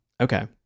Okay